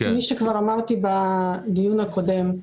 כפי שכבר אמרתי בדיון הקודם,